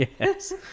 Yes